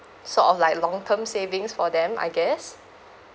sort of like long term savings for them I guess